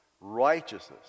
Righteousness